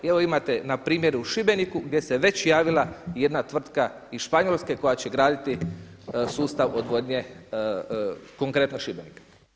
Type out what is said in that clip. Evo imate na primjer u Šibeniku gdje se već javila jedna tvrtka iz Španjolske koja će graditi sustav odvodnje konkretno Šibenika.